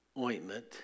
ointment